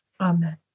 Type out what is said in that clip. Amen